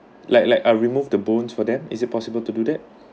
yeah like I remove the bones for them is it possible to do that